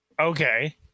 Okay